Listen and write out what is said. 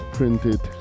Printed